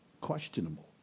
questionable